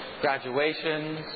graduations